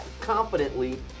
confidently